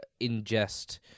ingest